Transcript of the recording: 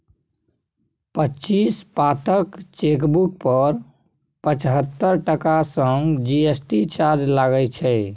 पच्चीस पातक चेकबुक पर पचहत्तर टका संग जी.एस.टी चार्ज लागय छै